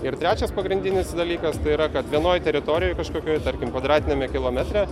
ir trečias pagrindinis dalykas tai yra kad vienoj teritorijoj kažkokioj tarkim kvadratiniame kilometre